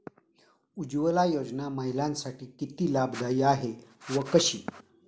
उज्ज्वला योजना महिलांसाठी किती लाभदायी आहे व कशी?